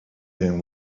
them